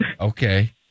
Okay